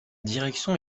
direction